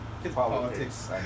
Politics